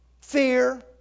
fear